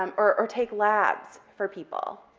um or take labs for people,